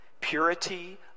Purity